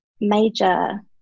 major